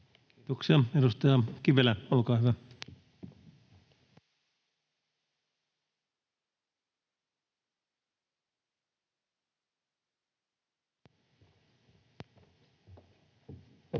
Kiitoksia. — Edustaja Kivelä, olkaa hyvä. [Speech